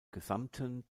gesamten